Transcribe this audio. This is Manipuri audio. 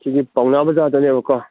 ꯁꯤꯒꯤ ꯄꯧꯅꯥ ꯕꯖꯥꯔꯗꯅꯦꯕꯀꯣ